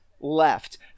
left